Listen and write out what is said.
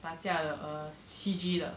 打架的 err C_G 的